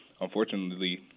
unfortunately